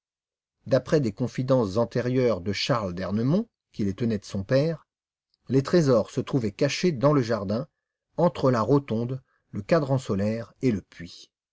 d'après des confidences antérieures de charles d'ernemont qui les tenait de son père les trésors se trouvaient cachés dans le jardin entre la rotonde le cadran solaire et le puits